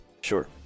sure